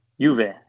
juve